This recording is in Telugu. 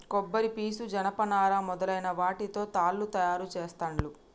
కొబ్బరి పీసు జనప నారా మొదలైన వాటితో తాళ్లు తయారు చేస్తాండ్లు